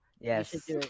yes